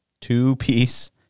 two-piece